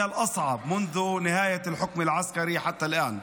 ללא ספק זה הכנס הקשה ביותר מאז תחילת השלטון הצבאי ועד היום,